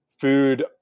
food